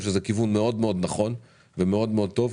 שזה כיוון מאד מאד נכון ומאד מאד טוב,